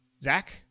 Zach